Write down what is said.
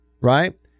right